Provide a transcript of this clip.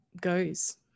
goes